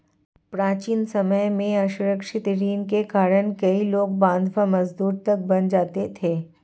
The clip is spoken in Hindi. प्राचीन समय में असुरक्षित ऋण के कारण कई लोग बंधवा मजदूर तक बन जाते थे